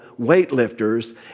weightlifters